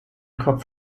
kopf